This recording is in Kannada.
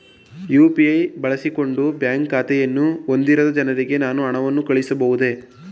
ಯು.ಪಿ.ಐ ಬಳಸಿಕೊಂಡು ಬ್ಯಾಂಕ್ ಖಾತೆಯನ್ನು ಹೊಂದಿರದ ಜನರಿಗೆ ನಾನು ಹಣವನ್ನು ಕಳುಹಿಸಬಹುದೇ?